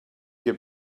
get